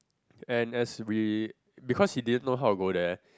and as we because he didn't know how to go there